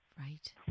Right